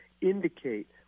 indicate